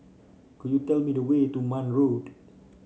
could you tell me the way to Marne Road